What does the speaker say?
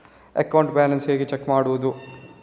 Account balance ಹೇಗೆ check ಮಾಡುವುದು?